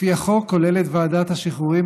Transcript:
לפי החוק כוללת ועדת השחרורים,